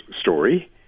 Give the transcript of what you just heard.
story